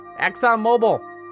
ExxonMobil